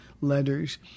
letters